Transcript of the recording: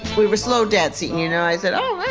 we were slow dancing, you know? i said, oh,